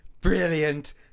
Brilliant